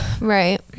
right